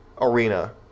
arena